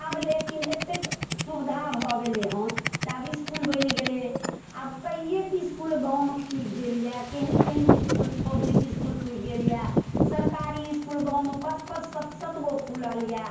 आब लेकिन एतेक सुविधा भऽ गेलै हँ जे आब इसकुल बनि गेलै आब कऐक इसकुल गाँवमे खुलि गेल यऽ केहन केहन इसकुल पब्लिक इसकुल खुलि गेल यऽ सरकारी इसकुल गाँवमे पाँच पाँच सत सत गो खुलल यऽ